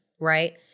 right